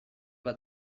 bat